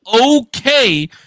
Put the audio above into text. okay